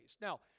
Now